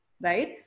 Right